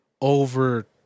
over